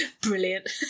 Brilliant